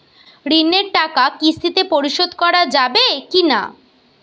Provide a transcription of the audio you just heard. ঋণের টাকা কিস্তিতে পরিশোধ করা যাবে কি না?